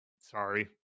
Sorry